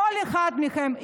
כל אחד מכם,